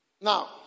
Now